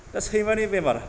दा सैमानि बेमार